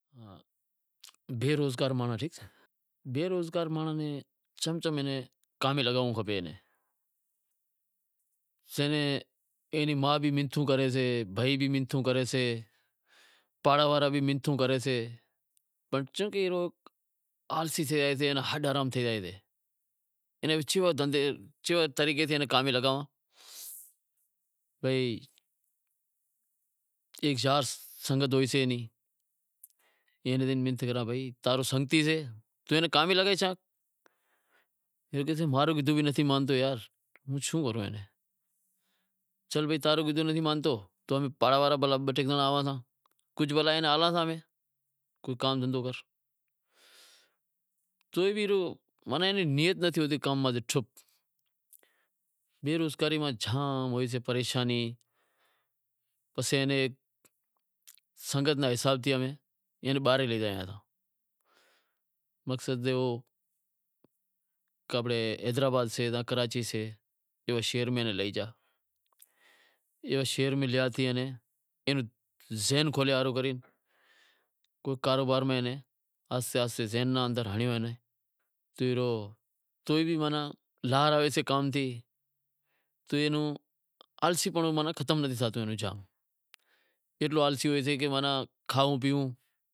بیروزگار مانڑاں نیں چم چم کیوے کام میں لگانونڑ کھپے؟ چمکہ ایئے ری ما بھی منتھوں کرے سے، بھائی بھی منتھوں کرے سے، پاڑے واڑا بھی منتھوں کریں سیں پر چمکہ اے آڑسی تھے زائیں تا، ایئاں را ہڈ حرام تھے زائیں تا، کیوے طریقے تی ایئاں نیں کام ماتھے لگائوں، بھئی ایک یار سنگت ہوئیسے ایئاں ری ایئاں نیں منتھ کران بھائی تو سنگتی سیں تو ایئاں نیں کام میں لگائی ساں، ماں رو کیدہو بھی نتھی مانتو یار پسے شوں کروں، چل بھائی تاں رو کیدہو نتھی مانتو تو ام پاڑے واڑا بہ چار زنڑا آئیساں، کجھ بھلا ایئے ناں ہلائیساں بھلا، کام دہندہو کرشے تو، تو بھی ایئے ری نیت نتھی ہوتی کام ماتھے ٹھپ، بیروزگاری ماں جام ہوئیسے پریشانی پسے سنگت را حساب تھی ہمیں، ایئاں نیں باہر لے زایئاں تا مقصد آنپڑو حیدرآباد سے یا کراچی سے ایوو شہر میں لئی زا، اینے شہر میں لئی اینو ذہن کھولے ہاروں کن کو کاروبار میں اینے آہستے آہستے اینے ذہن میں ینڑیو تو ایئے رو، تو ئے بھی لہراویسے کام تھیں، تو ماناں آلسی پنڑو ختم نتھی تھیتو ایڈلو آلسی ہوسے کہ کھائوں پیئوں۔